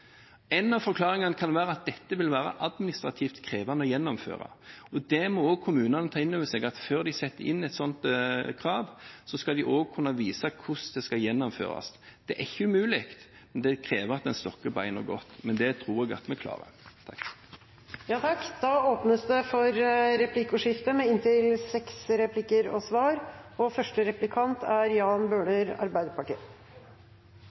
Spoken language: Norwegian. En av forklaringene kan være at dette vil være administrativt krevende å gjennomføre, og kommunene må også ta inn over seg at før de stiller et sånt krav, skal de også kunne vise hvordan det skal gjennomføres. Det er ikke umulig, men det krever at en stokker bena godt, og det tror jeg at vi klarer. Det blir replikkordskifte. Jeg er først og fremst glad for at vi har en enstemmig innstilling her i dag og skal gjøre et viktig vedtak. Det er